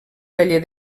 taller